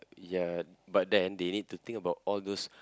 ya but then they need to think about all those